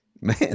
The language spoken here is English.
man